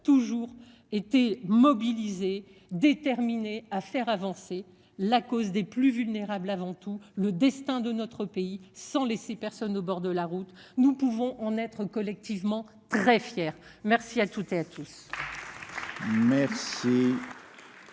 toujours été mobilisés déterminés à faire avancer la cause des plus vulnérables avant tout le destin de notre pays, sans laisser personne au bord de la route nous pouvons. On être collectivement très fier. Merci à toutes et à tous.